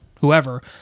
whoever